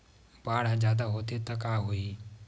बाढ़ ह जादा होथे त का होही?